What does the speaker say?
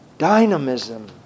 Dynamism